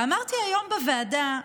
אמרתי היום בוועדה,